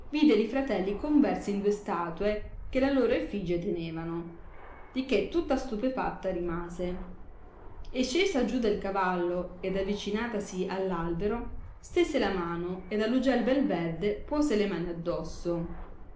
vide i fratelli conversi in due statue che la loro effigie tenevano di che tutta stupefatta rimase e scesa giù del cavallo ed avicinatasi a l albero stese la mano ed a lui l bel verde puose le mani adosso